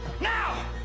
now